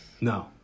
No